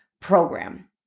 program